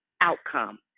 outcome